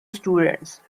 students